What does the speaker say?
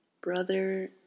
Brother